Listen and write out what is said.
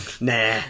Nah